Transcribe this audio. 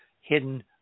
hidden